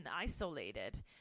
isolated